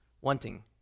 wanting